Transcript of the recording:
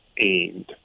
aimed